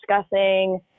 discussing